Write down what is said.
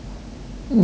你好要